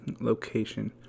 location